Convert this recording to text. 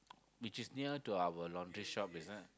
which is near to our laundry shop is it